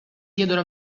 chiedono